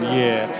year